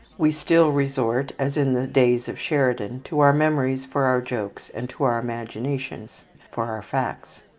we still resort, as in the days of sheridan, to our memories for our jokes, and to our imaginations for our facts.